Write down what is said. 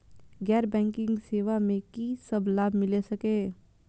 गैर बैंकिंग सेवा मैं कि सब लाभ मिल सकै ये?